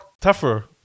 Tougher